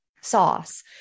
sauce